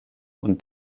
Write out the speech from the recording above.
und